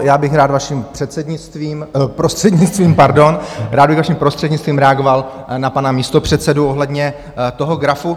Já bych rád vaším předsednictvím, prostřednictvím, pardon, rád bych vaším prostřednictvím reagoval na pana místopředsedu ohledně toho grafu.